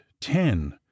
ten